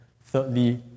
thirdly